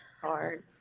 hard